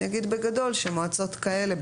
אני אגיד בגדול שמועצות כאלה,